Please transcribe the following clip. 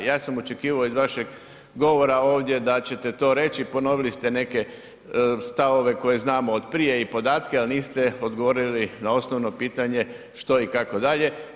Ja sam očekivao iz vašeg govora ovdje da ćete to reći, ponovili ste neke stavove koje znamo od prije i podatke, ali niste odgovorili na osnovno pitanje što i kako dalje.